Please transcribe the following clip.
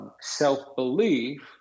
self-belief